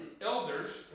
elders